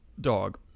dog